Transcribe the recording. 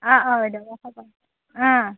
অঁ অঁ বাইদেউ পইচা পায় অঁ